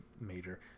major